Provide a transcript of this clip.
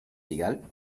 égal